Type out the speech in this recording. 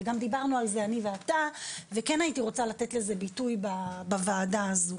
גם דיברנו על זה אני ואתה וכן הייתי רוצה לתת לזה ביטוי בוועדה הזו.